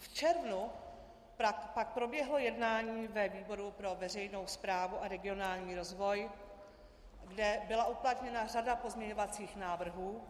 V červnu pak proběhlo jednání ve výboru pro veřejnou správu a regionální rozvoj, kde byla uplatněna řada pozměňovacích návrhů.